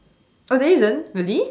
oh there isn't really